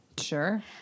Sure